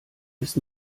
ist